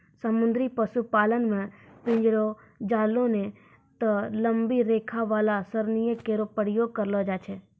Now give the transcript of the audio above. समुद्री पशुपालन म पिंजरो, जालों नै त लंबी रेखा वाला सरणियों केरो प्रयोग करलो जाय छै